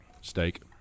steak